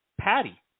Patty